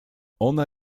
ona